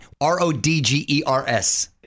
R-O-D-G-E-R-S